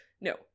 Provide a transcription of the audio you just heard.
no